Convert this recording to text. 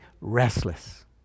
restless